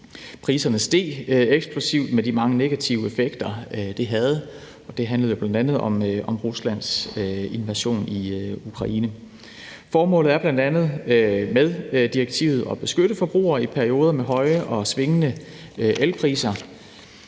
Priserne steg eksplosivt med de mange negative effekter, det havde. Det handlede bl.a. om Ruslands invasion i Ukraine. Formålet med direktivet er bl.a. at beskytte forbrugerne i perioder med høje og svingende elpriser.